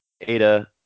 Ada